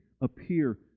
appear